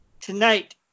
Tonight